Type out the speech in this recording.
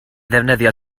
ddefnyddio